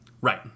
Right